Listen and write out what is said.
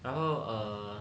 然后 err